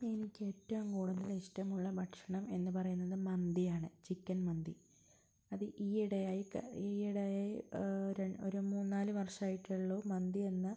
എനിക്ക് ഏറ്റവും കൂടുതൽ ഇഷ്ടമുള്ള ഭക്ഷണം എന്ന് പറയുന്നത് മന്തിയാണ് ചിക്കൻ മന്തി അത് ഈയിടെയായി ഈയിടെയായി ഒരു മൂന്ന് നാല് വർഷം ആയിട്ടുള്ളൂ മന്തി എന്ന